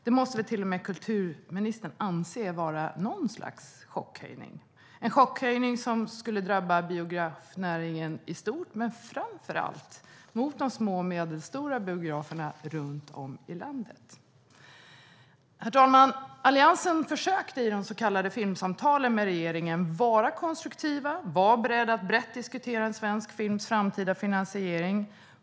Det måste väl till och med kulturministern anse vara någon slags chockhöjning. Det är en chockhöjning som skulle drabba biografnäringen i stort men framför allt de små och medelstora biograferna runt om i landet. Herr talman! Alliansen försökte i de så kallade filmsamtalen med regeringen att vara konstruktiv och beredd att brett diskutera svensk films framtida finansiering.